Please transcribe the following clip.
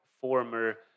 former